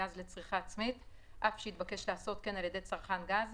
גז לצריכה עצמית אף שהתבקש לעשות כן על ידי צרכן גז,